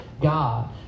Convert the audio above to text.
God